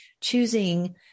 choosing